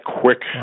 quick